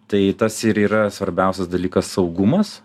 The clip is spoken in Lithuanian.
tai tas ir yra svarbiausias dalykas saugumas